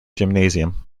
gymnasium